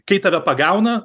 kai tave pagauna